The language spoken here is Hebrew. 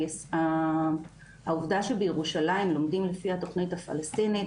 העובדה שבירושלים לומדים לפי התכנית הפלסטינית